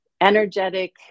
energetic